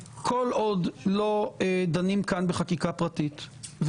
כל עוד לא דנים כאן בחקיקה פרטית,